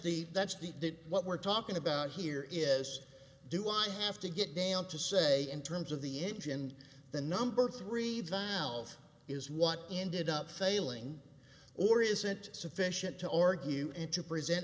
the that's the did what we're talking about here is do i have to get down to say in terms of the engine the number three viles is what ended up failing or isn't sufficient to argue and to present